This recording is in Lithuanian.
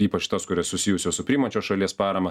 ypač tas kurios susijusios su priimančios šalies parama